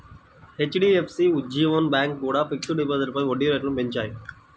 HDFC, Ujjivan bank కూడా fixed డిపాజిట్లపై వడ్డీ రేట్లను పెంచాయి